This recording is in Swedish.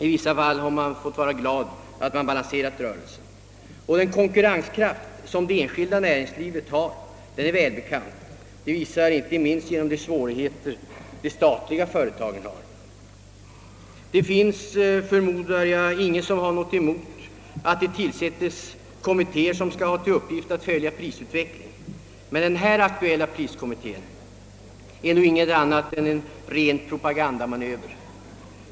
I vissa fall har man fått vara glad över att bara ha kunnat balansera rörelsen. Det enskilda näringslivets konkurrenskraft är välbekant; den framträder inte minst när man ser de statliga företagens svårigheter. Jag förmodar att det inte finns någon som har någonting emot att det tillsätts kommittéer med uppgift att följa prisutvecklingen, men den aktuella priskommittén är enligt min uppfattning ingenting annat än en ren propagandamanöver.